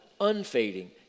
unfading